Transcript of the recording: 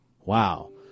Wow